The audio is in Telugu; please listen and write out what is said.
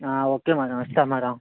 ఓకే మేడం ఇస్తాం మేడం